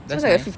that's nice